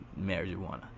marijuana